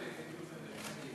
לא מסתפק.